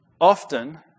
often